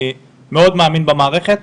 אני מאוד מאמין במערכת,